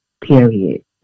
period